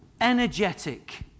energetic